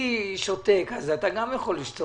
אני שותק, אז אתה גם יכול לשתוק.